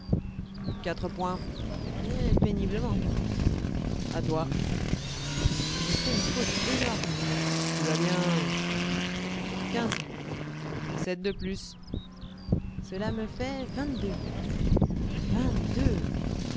quatre points péniblement à toi j'ai fait une faute énorme tu vas bien quinze sept de plus cela me fait vingt-deux rêvant vingt-deux